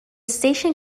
station